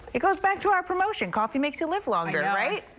it goes back to our promotion. coffee makes you live longer.